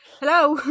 hello